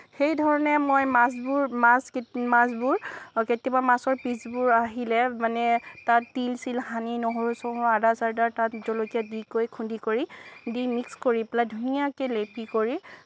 সেই ধৰণে মই মাছবোৰ মাছ মাছবোৰ কেতিয়াবা মাছৰ পিচবোৰ আহিলে মানে তাত তিল চিল সানি নহৰু চহৰু আদা চাদা তাত জলকীয়া দি কৰি খুন্দি কৰিদি মিক্স কৰি পেলাই ধুনীয়াকে লেপি কৰি